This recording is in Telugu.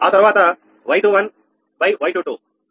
ఆ తర్వాత Y21 Y22